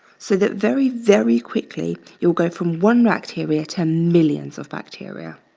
so that very, very quickly you'll go from one bacteria to millions of bacteria.